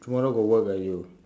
tomorrow got work ah you